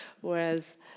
Whereas